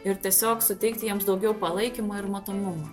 ir tiesiog suteikti jiems daugiau palaikymo ir matomumo